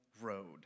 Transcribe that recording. road